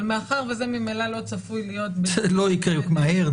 אבל מאחר שזה ממילא לא צפוי להיות --- זה לא יקרה מהר,